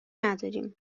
نداریم